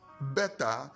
better